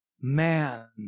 man